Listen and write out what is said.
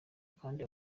kandi